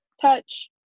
touch